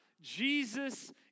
Jesus